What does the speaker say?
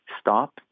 stop